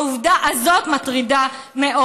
העובדה הזאת מטרידה מאוד.